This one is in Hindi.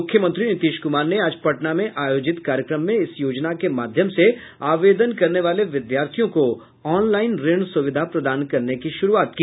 मुख्यमंत्री नीतीश कुमार ने आज पटना में आयोजित कार्यक्रम में इस योजना के माध्यम से आवेदन करने वाले विद्यार्थियों को ऑनलाईन ऋण सुविधा प्रदान करने की शुरूआत की